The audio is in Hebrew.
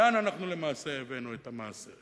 לאן אנחנו למעשה הבאנו את המעשה,